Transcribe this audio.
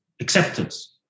Acceptance